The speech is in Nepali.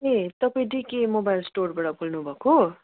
ए तपाईँ डिके मोबाइल स्टोरबाट बोल्नु भएको